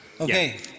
Okay